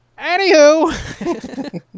Anywho